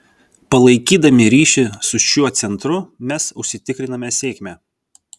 palaikydami ryšį su šiuo centru mes užsitikriname sėkmę